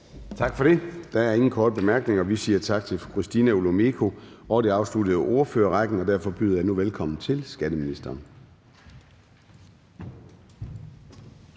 Gade): Der er ingen korte bemærkninger, og vi siger tak til fru Christina Olumeko. Det afsluttede ordførerrækken, og derfor byder jeg nu velkommen til skatteministeren.